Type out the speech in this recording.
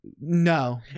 No